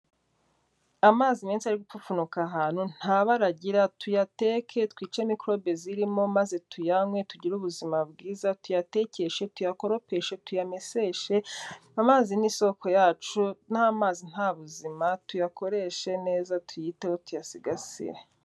Amazi menshi ari gupfupfunuka ahantu nta bara agira tuyateke twice mikorobe zirimo maze tuyanywe, tugire ubuzima bwiza, tuyatekeshe, tuyakoropeshe, tuyameseshe, amazi n'isoko yacu, nta amazi nta buzima, tuyakoreshe neza tuyiteho tuyasigasire.